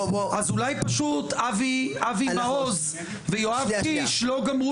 אז אולי פשוט אבי מעוז ויואב קיש לא גמרו